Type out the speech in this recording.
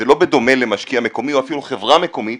זה לא בדומה למשקיע מקומי או אפילו חברה מקומית